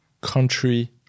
country